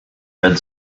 red